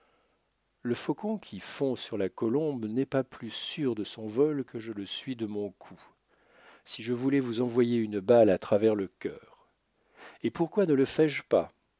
le faucon qui fond sur la colombe n'est pas plus sûr de son vol que je ne le suis de mon coup si je voulais vous envoyer une balle à travers le cœur et pourquoi ne le fais-je pas